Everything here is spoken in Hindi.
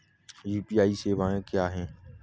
यू.पी.आई सवायें क्या हैं?